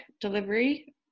delivery